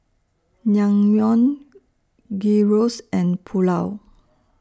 Naengmyeon Gyros and Pulao